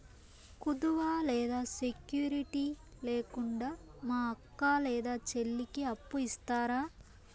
కుదువ లేదా సెక్యూరిటి లేకుండా మా అక్క లేదా చెల్లికి అప్పు ఇస్తారా?